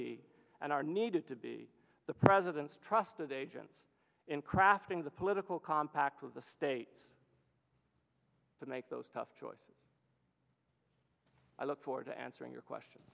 be and are needed to be the president's trusted agents in crafting the political compact of the state to make those tough choices i look forward to answering your question